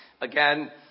again